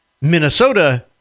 Minnesota